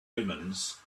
omens